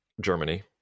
Germany